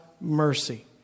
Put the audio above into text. mercy